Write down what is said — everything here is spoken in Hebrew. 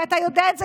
ואתה יודע את זה,